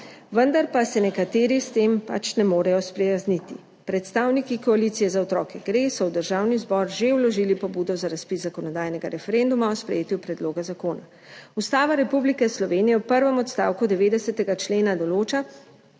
Vendar pa se nekateri s tem pač ne morejo sprijazniti. Predstavniki koalicije Za otroke gre so v Državni zbor že vložili pobudo za razpis zakonodajnega referenduma o sprejetju predloga zakona. Ustava Republike Slovenije v prvem odstavku 90. člena določa,